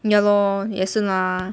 ya lor 也是 lah